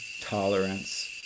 tolerance